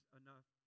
enough